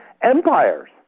empires